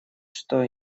что